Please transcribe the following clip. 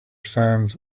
sands